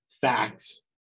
facts